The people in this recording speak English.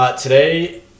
Today